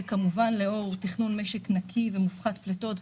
כמובן לאור תכנון משק נקי ומופחת פליטות.